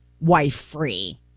wife-free